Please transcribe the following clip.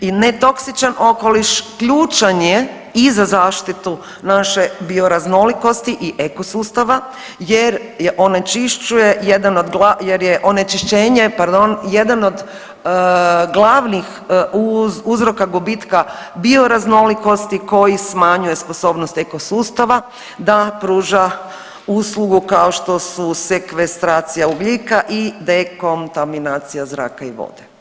I netoksičan okoliš ključan je i za zaštitu naše bioraznolikosti i eko sustava jer je onečišćenje jedan od glavnih uzroka gubitka bioraznolikosti koji smanjuje sposobnost eko sustava da pruža uslugu kao što su sekvestracija ugljika i dekontaminacija zraka i vode.